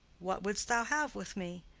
what wouldst thou have with me?